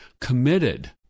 committed